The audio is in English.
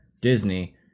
Disney